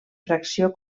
fracció